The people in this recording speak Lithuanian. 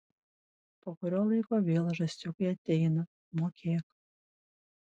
po kurio laiko vėl žąsiukai ateina mokėk